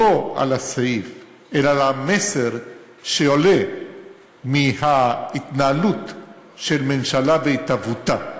לא על הסעיף אלא על המסר שעולה מההתנהלות של ממשלה בהתהוותה,